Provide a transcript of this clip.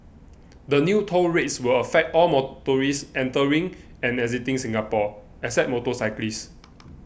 the new toll rates will affect all motorists entering and exiting Singapore except motorcyclists